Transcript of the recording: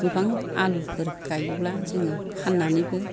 गोबां आलुफोर गायोब्ला जों फान्नानैबो